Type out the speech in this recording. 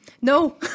No